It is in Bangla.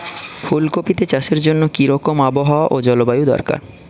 ফুল কপিতে চাষের জন্য কি রকম আবহাওয়া ও জলবায়ু দরকার?